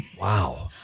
Wow